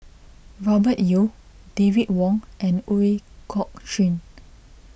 Robert Yeo David Wong and Ooi Kok Chuen